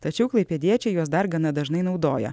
tačiau klaipėdiečiai juos dar gana dažnai naudoja